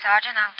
Sergeant